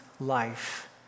Life